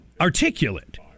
articulate